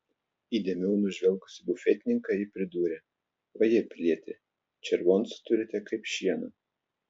įdėmiau nužvelgusi bufetininką ji pridūrė vaje pilieti červoncų turite kaip šieno